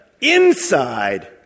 inside